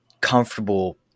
comfortable